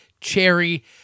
cherry